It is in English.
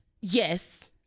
yes